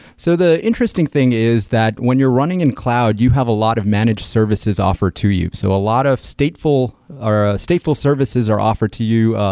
so the interesting thing is that when you're running an cloud, you have a lot of managed services offered to you. so a lot of stateful or stateful services are offered to you,